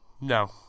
No